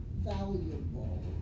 valuable